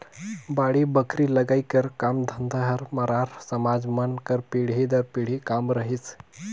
बाड़ी बखरी लगई कर काम धंधा हर मरार समाज मन कर पीढ़ी दर पीढ़ी काम रहिस